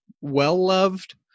well-loved